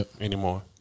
anymore